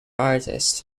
artist